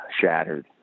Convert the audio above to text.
shattered